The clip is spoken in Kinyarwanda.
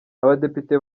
abadepite